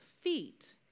feet